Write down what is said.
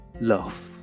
love